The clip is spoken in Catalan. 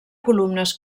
columnes